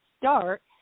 start